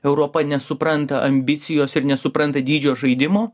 europa nesupranta ambicijos ir nesupranta dydžio žaidimo